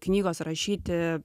knygos rašyti